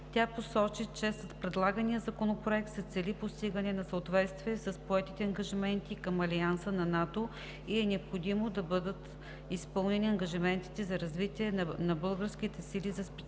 Тя посочи, че с предлагания законопроект се цели постигане на съответствие с поетите ангажименти към алианса на НАТО и е необходимо да бъдат изпълнени ангажиментите за развитие на българските сили за специални